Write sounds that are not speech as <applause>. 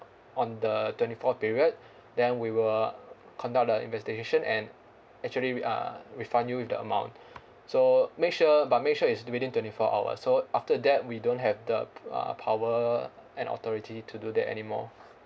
on the twenty fourth period <breath> then we will conduct the investigation and actually we uh refund you the amount <breath> so make sure but make sure it's within twenty four hour so after that we don't have the uh power and authority to do that anymore